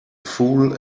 fool